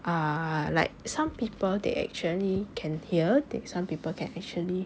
uh like some people they actually can hear then some people can actually